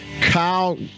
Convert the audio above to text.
Kyle